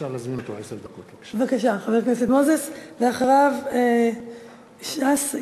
בבקשה, חבר הכנסת מוזס, ואחריו, ש"ס.